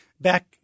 back